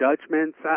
judgments